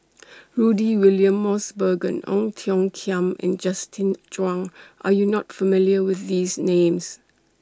Rudy William Mosbergen Ong Tiong Khiam and Justin Zhuang Are YOU not familiar with These Names